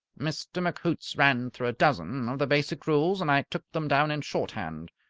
mr. mchoots ran through a dozen of the basic rules, and i took them down in shorthand.